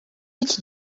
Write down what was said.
iki